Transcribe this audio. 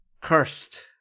Cursed